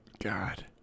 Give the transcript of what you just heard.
God